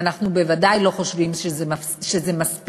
ואנחנו בוודאי לא חושבים שזה מספיק,